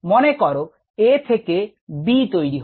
মনে কর A থেকে B তৈরি হয়